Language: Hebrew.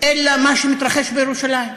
אלא מה שמתרחש בירושלים.